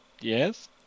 Yes